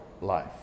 life